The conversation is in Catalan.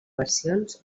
versions